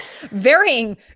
varying